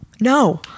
No